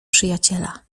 przyjaciela